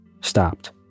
stopped